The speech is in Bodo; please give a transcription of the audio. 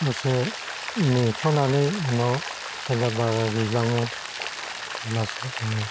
दसे नेथ'नानै उनाव जेब्ला बारा रुयलाङो होनब्लासो जोङो